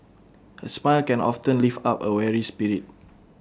A smile can often lift up A weary spirit